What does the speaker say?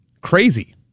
crazy